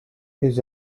his